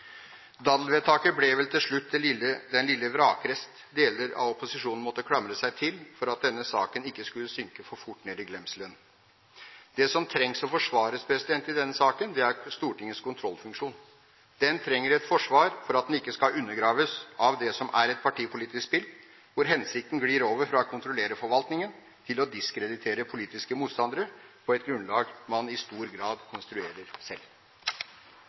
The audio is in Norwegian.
daddelvedtak ble vel til slutt den lille vrakrest deler av opposisjonen måtte klamre seg til for at denne saken ikke skulle synke for fort ned i glemselen. Det som trengs å forsvares i denne saken, er Stortingets kontrollfunksjon. Den trenger et forsvar for at den ikke skal undergraves av det som er et partipolitisk spill, hvor hensikten glir over fra å kontrollere forvaltningen til å diskreditere politiske motstandere, på et grunnlag man i stor grad konstruerer selv.